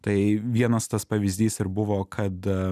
tai vienas tas pavyzdys ir buvo kad